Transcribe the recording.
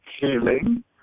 healing